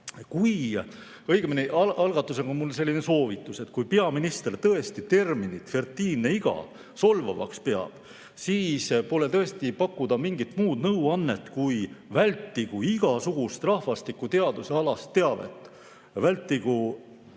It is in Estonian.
nüüd ise. Algatuseks on mul selline soovitus, et kui peaminister tõesti terminit "fertiilne iga" solvavaks peab, siis pole tõesti pakkuda mingit muud nõuannet, kui vältigu igasugust rahvastikuteadusealast teavet. Vältigu,